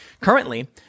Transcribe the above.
Currently